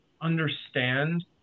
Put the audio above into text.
understand